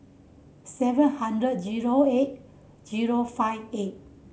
seven hundred zero eight zero five eight